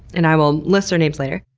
and i will list their names later,